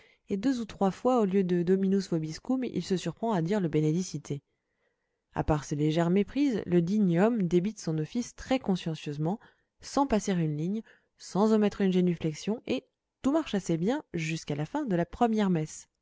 et deux ou trois fois au lieu de dominus vobiscum il se surprend à dire le benedicite à part ces légères méprises le digne homme débite son office très consciencieusement sans passer une ligne sans omettre une génuflexion et tout marche assez bien jusqu'à la fin de la première messe